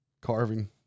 carving